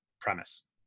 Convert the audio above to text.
premise